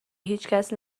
هیچکس